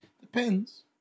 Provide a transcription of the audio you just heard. Depends